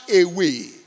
away